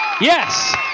Yes